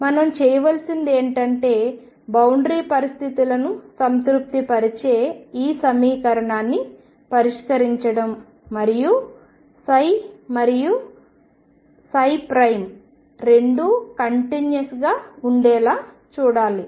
మనం చేయవలసింది ఏమిటంటే బౌండరి పరిస్థితులను సంతృప్తిపరిచే ఈ సమీకరణాన్ని పరిష్కరించడం మరియు మరియు రెండూ కంటిన్యూస్ గా ఉండేలా చూసుకోవాలి